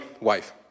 wife